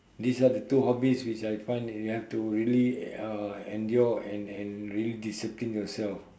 these are the two hobbies which I find you have to really uh endure and and really discipline yourself